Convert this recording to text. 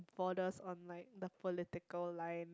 borders on like the political line